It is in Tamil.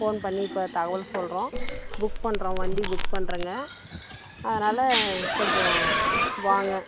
ஃபோன் பண்ணி இப்போ தகவல் சொல்லுறோம் புக் பண்ணுறோம் வண்டி புக் பண்ணுறோங்க அதனால் கொஞ்சம் வாங்க